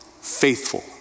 faithful